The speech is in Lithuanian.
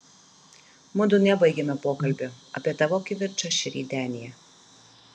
mudu nebaigėme pokalbio apie tavo kivirčą šįryt denyje